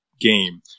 game